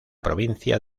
provincia